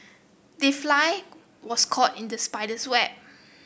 the fly was caught in the spider's web